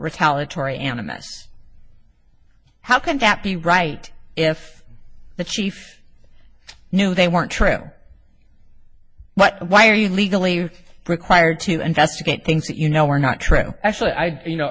retaliatory animists how can that be right if the chief knew they weren't true but why are you legally required to investigate things that you know were not true actually i you know